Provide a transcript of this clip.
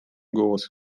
голос